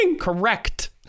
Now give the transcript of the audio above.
Correct